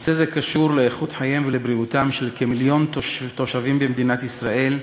נושא זה קשור לאיכות חייהם ולבריאותם של כמיליון תושבים במדינת ישראל,